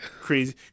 Crazy